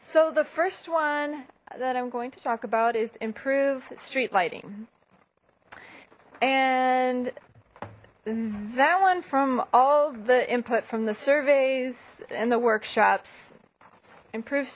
so the first one that i'm going to talk about is to improve street lighting and that one from all the input from the surveys and the workshops improve